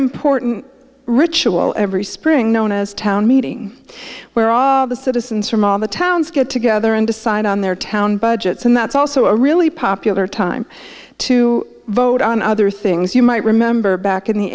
important ritual every spring known as town meeting where all the citizens from all the towns get together and decide on their town budgets and that's also a really popular time to vote on other things you might remember back in the